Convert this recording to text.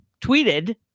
tweeted